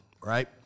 right